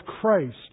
Christ